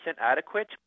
adequate